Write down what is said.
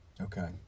okay